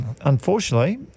unfortunately